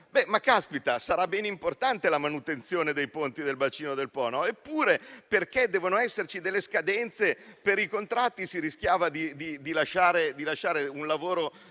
sarà importante la manutenzione dei ponti del bacino del Po? Eppure, poiché devono esserci delle scadenze per i contratti, si rischiava di lasciare svanire